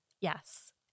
yes